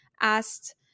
asked